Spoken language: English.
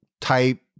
type